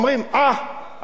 עשית פרסום,